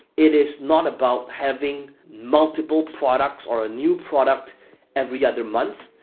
it is not about having multiple products or a new product every other month,